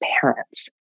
parents